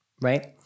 Right